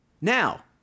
Now